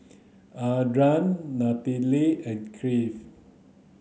Arden Nanette and Cliff